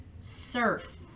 surf